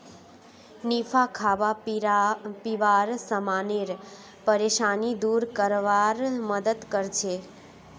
निफा खाबा पीबार समानेर परेशानी दूर करवार मदद करछेक